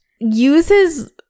uses